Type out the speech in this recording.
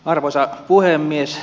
arvoisa puhemies